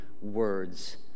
words